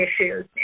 issues